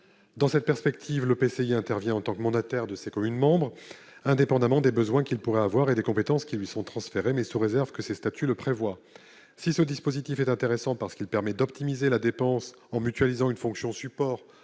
Dans cette perspective, l'EPCI intervient en tant que mandataire de ses communes membres, indépendamment des besoins qu'il pourrait avoir et des compétences qui lui ont été transférées, mais sous réserve que ses statuts le prévoient. Si ce dispositif est intéressant en ce qu'il permet d'optimiser la dépense en mutualisant une fonction support